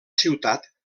ciutat